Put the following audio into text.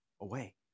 away